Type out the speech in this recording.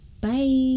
Bye